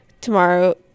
Tomorrow